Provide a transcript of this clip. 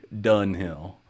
Dunhill